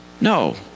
No